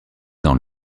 dans